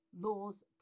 Laws